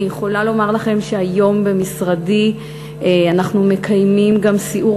אני יכולה לומר לכם שהיום אנחנו מקיימים במשרדי גם סיעור